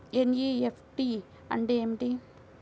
NEFT అంటే ఏమిటీ?